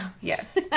Yes